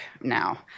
now